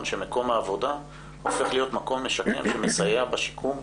שמקום העבודה הופך להיות מקום משקם ומסייע בשיקום,